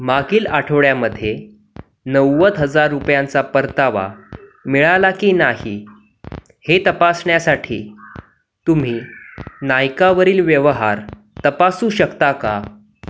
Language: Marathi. मागील आठवड्यामध्ये नव्वद हजार रुपयांचा परतावा मिळाला की नाही हे तपासण्यासाठी तुम्ही नायकावरील व्यवहार तपासू शकता का